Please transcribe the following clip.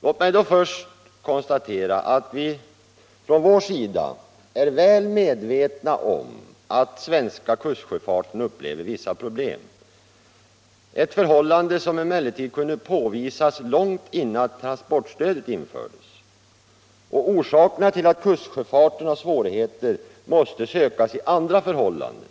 Låt mig då först konstatera att vi på vår sida är väl medvetna om att den svenska kustsjöfarten har vissa problem, ett förhållande som emellertid kunde påvisas långt innan transportstödet infördes. Orsakerna till att kustsjöfarten har svårigheter måste sökas i andra förhållanden,